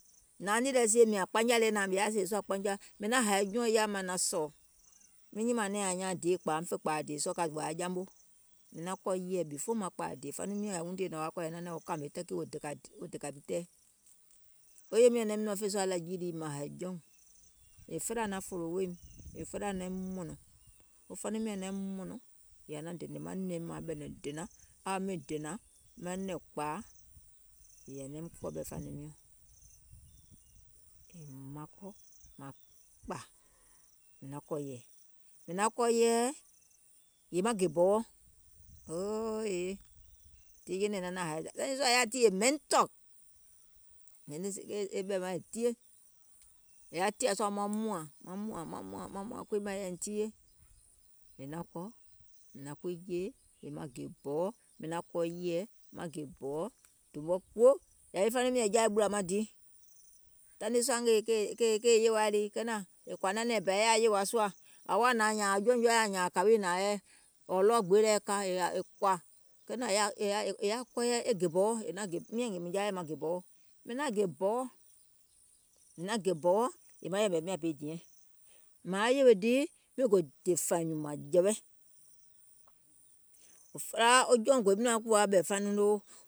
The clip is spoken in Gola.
Nȧȧŋ nìì lɛ sie mìȧŋ kpanya le nȧaŋ mìŋ yaȧ sìè sùȧ kpanya, mìŋ naŋ haì jɔùŋ yaȧim màŋ naŋ sɔ̀ɔ̀, miŋ nyimȧȧŋ deèkpȧa fè kpȧȧ dèè sɔɔ̀ ka gɔ̀ȧȧ jamo, mìŋ kɔ̀ yɛ̀ɛ̀ before maŋ kpȧȧ dèè, faniŋ miɔ̀ŋ nɔ̀ŋ wa kɔ̀ɔ̀yɛ̀ nɛ̀nɛ̀ŋ wo kȧmè tɛkì wo dèkȧ tɛɛ wo dèkȧim tɛɛ, wo yèye miɔ̀ŋ naim nɔ̀ŋ fè sùȧ lȧjiì lii ka hàì jɔùŋ yèè felaa naŋ fòlò weèim, yèè felaa naim mɔ̀nɔ̀ŋ, wo faniŋ miɔ̀ŋ naim mɔ̀nɔ̀ŋ, yèè aŋ naŋ maŋ nɛ̀im mȧŋ aŋ naŋ ɓɛ̀nɛ̀ŋ dèna, aŋ miŋ dènȧŋ, manɛ̀ŋ kpȧa, yèè aŋ naim kɔ̀ɔ̀ ɓɛ̀ faniŋ miɔ̀ŋ, mìŋ naŋ kɔ̀ yɛ̀ɛ, yèè maŋ gè bɔwɔ, taìŋ nii sùȧ yaȧ tììyè mental, è yaȧ tìȧ sùȧ maŋ mùȧŋ, maŋ mùȧŋ kui mȧŋ è yȧìŋ tiiye, mìŋ naŋ kɔ̀ mìŋ naŋ kui jeè mìŋ naŋ gè bɔwɔ, maŋ kɔ̀ yɛ̀ɛ maŋ gè bɔwɔ, dùùm mɔɛ kuwo yȧwi faniŋ miɔ̀ŋ jaȧ ɓùlȧ maŋ di, taìŋ nii sùȧ ngèè kèɛ̀ yèwaȧ lii kenaŋ, è kɔ̀à nanɛ̀iŋ bà yaȧ yèwȧ sùȧ, ȧŋ woȧ nȧaŋ nyȧȧŋ jɔùŋ jɔa nyȧŋ kȧwiìŋ nȧaŋ yɛi, ɔ̀ɔ̀ ɗɔɔ gbee lɛɛ̀ e ka, è kɔ̀ȧ, kenȧŋ è yaȧ kɔɔyɛ e gè bɔwɔ, miȧŋ ngèè mìŋ jaa yɛi maŋ gè bɔwɔ, mìŋ naŋ gè bɔwɔ, mìŋ gè bɔwɔ yèè maŋ yɛ̀mɛ̀ miȧŋ bi diɛŋ, maŋ yèwè dìì, miŋ gò dè fàìŋ nyùùŋ mȧŋjɛ̀wɛ, wo jɔùŋ gòim kùwȧ ɓɛ̀ fanɔɔŋ noo